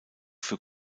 für